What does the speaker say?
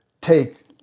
take